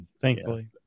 Thankfully